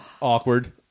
awkward